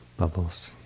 bubbles